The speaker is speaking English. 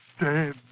dead